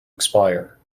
expire